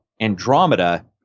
Andromeda